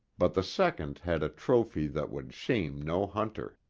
but the second had a trophy that would shame no hunter.